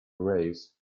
rails